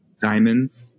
diamonds